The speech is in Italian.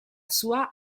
sua